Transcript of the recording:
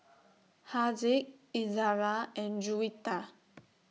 Haziq Izzara and Juwita